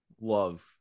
love